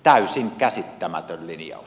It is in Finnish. täysin käsittämätön linjaus